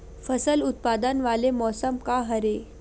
फसल उत्पादन वाले मौसम का हरे?